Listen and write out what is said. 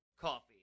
coffee